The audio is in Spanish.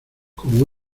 como